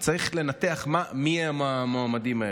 צריך לנתח מיהם המועמדים האלו,